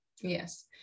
yes